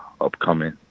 upcoming